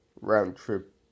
round-trip